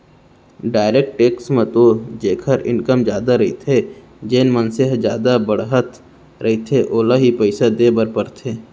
direct tax म तो जेखर इनकम जादा रहिथे जेन मनसे ह जादा बड़हर रहिथे ओला ही पइसा देय बर परथे